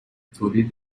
تولید